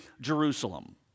Jerusalem